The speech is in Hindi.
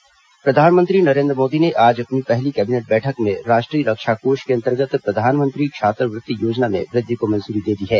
कैबिनेट बैठक प्रधानमंत्री नरेन्द्र मोदी ने आज अपनी पहली कैबिनेट बैठक में राष्ट्रीय रक्षा कोष के अन्तर्गत प्रधानमंत्री छात्रवृत्ति योजना में वृद्धि को मंजूरी दी है